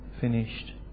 finished